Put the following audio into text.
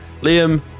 Liam